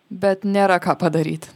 bet nėra ką padaryti